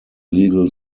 legal